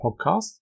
Podcast